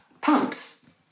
pumps